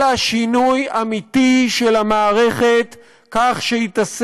אלא שינוי אמיתי של המערכת כך שהיא תשים